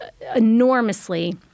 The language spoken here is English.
enormously